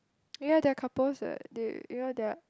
ya they are couples [what] they you know they are